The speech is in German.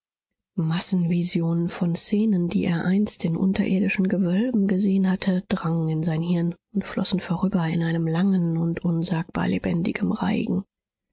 massenvisionen von szenen die er einst in unterirdischen gewölben gesehen hatte drangen in sein hirn und flossen vorüber in einem langen und unsagbar lebendigem reigen